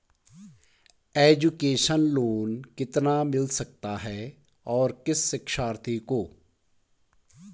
Education loan कितना मिल सकता है और किस शिक्षार्थी को?